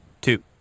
two